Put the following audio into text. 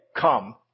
come